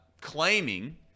claiming